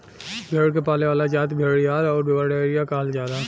भेड़ के पाले वाला जाति भेड़ीहार आउर गड़ेरिया कहल जाला